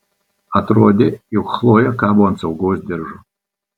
atrodė jog chlojė kabo ant saugos diržo